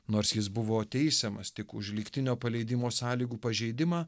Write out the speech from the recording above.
nors jis buvo teisiamas tik už lygtinio paleidimo sąlygų pažeidimą